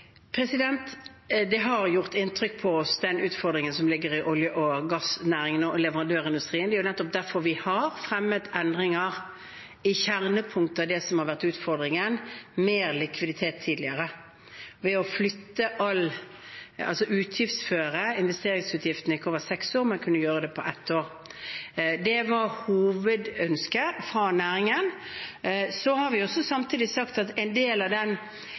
har gjort inntrykk på oss, den utfordringen som ligger i olje- og gassnæringen og leverandørindustrien. Det er nettopp derfor vi har fremmet endringer i kjernepunktet av det som har vært utfordringen med likviditet tidligere, ved at man kan utgiftsføre investeringsutgiftene ikke over seks år, men på ett år. Det var hovedønsket fra næringen. Så har vi samtidig sagt at en del av den